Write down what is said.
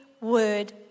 word